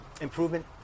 improvement